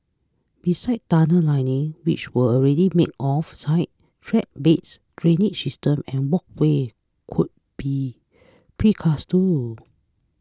besides tunnel linings which are already made off site track beds drainage systems and walkways could be precast too